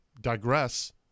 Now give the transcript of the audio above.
digress